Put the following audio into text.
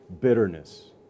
Bitterness